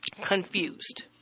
confused